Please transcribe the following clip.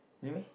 really meh